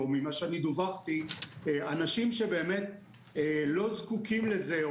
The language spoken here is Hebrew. וממה שאני דווחתי - אנשים שבאמת לא זקוקים לזה,